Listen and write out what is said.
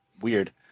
weird